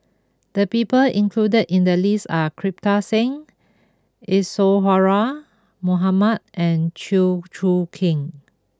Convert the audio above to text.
the people included in the list are Kirpal Singh Isadhora Mohamed and Chew Choo Keng